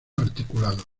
articulados